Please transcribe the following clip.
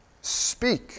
Speak